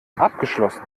abgeschlossen